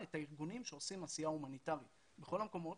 את הארגונים שעושים עשייה הומניטרית בכל המקומות